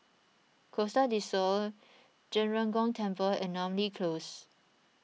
Costa del Sol Zhen Ren Gong Temple and Namly Close